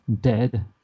dead